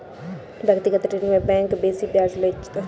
व्यक्तिगत ऋण में बैंक बेसी ब्याज लैत अछि